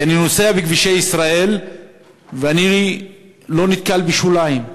כי אני נוסע בכבישי ישראל ואני לא נתקל בשוליים.